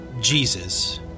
Jesus